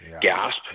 gasp